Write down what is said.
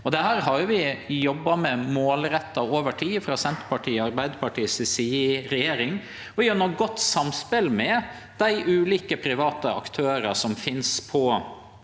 Dette har vi jobba med målretta over tid frå Senterpartiet og Arbeidarpartiet si side i regjering, og gjennom godt samspel med dei ulike private aktørar som finst